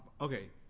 Okay